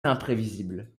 imprévisible